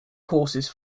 courses